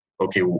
okay